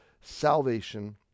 salvation